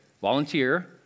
volunteer